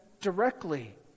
directly